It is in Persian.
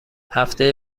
هفته